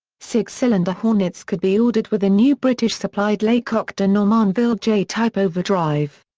six-cylinder hornets could be ordered with a new british supplied laycock de normanville j-type overdrive.